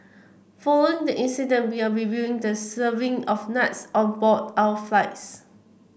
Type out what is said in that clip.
following the incident we are reviewing the serving of nuts on board our flights